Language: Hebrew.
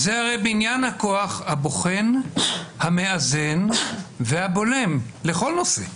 זה הרי בניין הכוח הבוחן, המאזן והבולם לכל נושא.